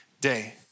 day